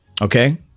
Okay